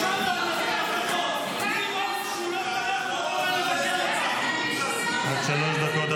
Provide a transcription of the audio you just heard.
שם תשים את המפתחות --- עד שלוש דקות,